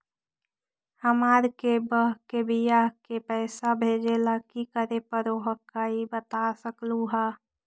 हमार के बह्र के बियाह के पैसा भेजे ला की करे परो हकाई बता सकलुहा?